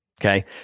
Okay